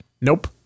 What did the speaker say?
Nope